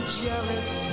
jealous